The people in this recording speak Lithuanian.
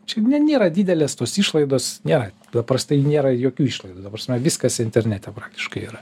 čia ne nėra didelės tos išlaidos nėra paprastai nėra jokių išlaidų ta prasme viskas internete praktiškai yra